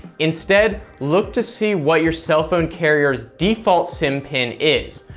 instead, look to see what your cell phone carrier's default sim pin is.